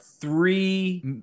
three